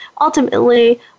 Ultimately